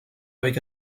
avec